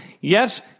yes